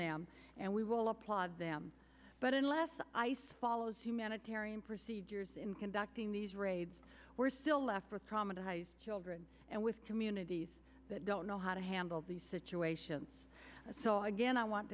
them and we will applaud them but unless ice follows humanitarian procedures in conducting these raids we're still left with traumatized children and with communities that don't know how to handle the situation so again i want